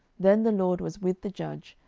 then the lord was with the judge,